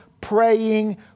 praying